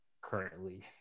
Currently